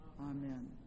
Amen